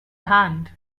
hand